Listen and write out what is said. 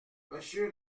monsieur